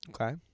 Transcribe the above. Okay